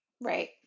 right